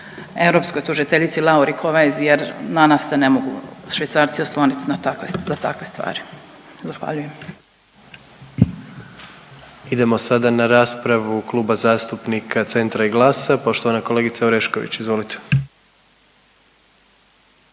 europskoj tužiteljici Lauri Kovesi jer na nas se ne mogu Švicarci oslonit za takve stvari. Zahvaljujem. **Jandroković, Gordan (HDZ)** Idemo sada na raspravu Kluba zastupnika Centra i GLAS-a poštovane kolegice Orešković. Izvolite.